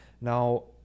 now